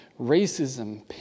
racism